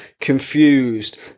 confused